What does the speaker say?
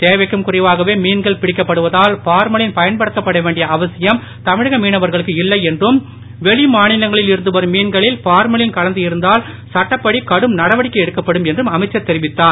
தேவைக்கும் குறைவாகவே மீன்கள் பிடிக்கப்படுவதால் பார்மலின் பயன்படுத்தப்பட வேண்டிய அவசியம் தமிழக மீனவர்களுக்கு இல்லை என்றும் வெளிமாநிலங்களில் இருந்து வரும் மீன்களில் பார்மலின் கலந்து இருந்தால் சட்டப்படி கடும் நடவடிக்கை எடுக்கப்படும் என்றும் அமைச்சர் தெரிவித்தார்